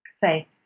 say